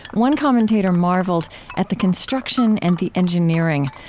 one commentator marveled at the construction and the engineering,